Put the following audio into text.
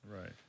Right